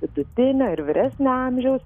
vidutinio ir vyresnio amžiaus